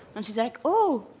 and she's like, oh,